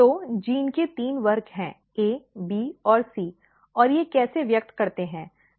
तो जीन के तीन वर्ग हैं A B और C और ये कैसे व्यक्त करते हैं